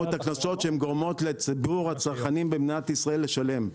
את הקנסות שהם גורמות לציבור הצרכנים במדינת ישראל לשלם,